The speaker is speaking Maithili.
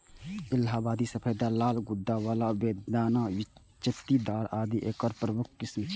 इलाहाबादी सफेदा, लाल गूद्दा बला, बेदाना, चित्तीदार आदि एकर प्रमुख किस्म छियै